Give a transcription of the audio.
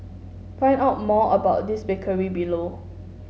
find out more about this bakery below